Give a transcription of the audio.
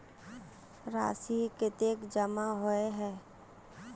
राशि कतेक जमा होय है?